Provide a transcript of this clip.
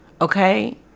okay